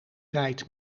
tijd